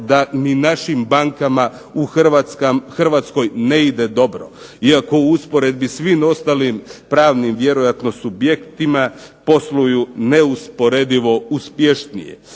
da i našim bankama u Hrvatskoj ne ide dobro, iako u usporedbi svim ostalim pravnim vjerojatno subjektima posluju neusporedivo uspješnije.